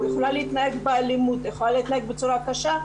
יכולה להתנהג באלימות, יכולה להתנהג בצורה קשה,